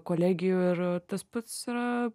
kolegijų ir tas pats yra